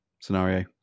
scenario